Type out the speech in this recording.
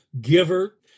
giver